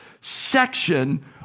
section